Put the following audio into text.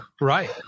Right